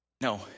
No